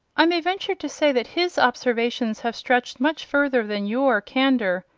i may venture to say that his observations have stretched much further than your candour.